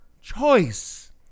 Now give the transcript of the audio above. choice